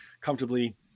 comfortably